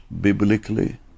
biblically